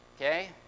okay